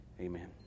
Amen